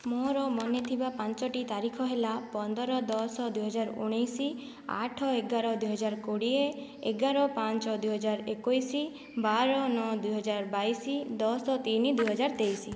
ମୋର ମନେ ଥିବା ପାଞ୍ଚଟି ତାରିଖ ହେଲା ପନ୍ଦର ଦଶ ଦୁଇହଜାର ଉଣେଇଶି ଆଠ ଏଗାର ଦୁଇହଜାର କୋଡ଼ିଏ ଏଗାର ପାଞ୍ଚ ଦୁଇହଜାର ଏକୋଇଶି ବାର ନଅ ଦୁଇହଜାର ବାଇଶି ଦଶ ତିନି ଦୁଇହଜାର ତେଇଶି